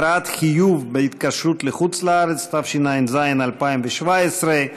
התראת חיוב בהתקשרות לחוץ-לארץ), התשע"ז 2017,